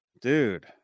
dude